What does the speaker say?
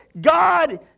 God